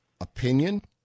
opinion